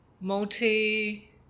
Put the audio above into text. Multi